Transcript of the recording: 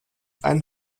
ein